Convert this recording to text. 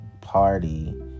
party